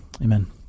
Amen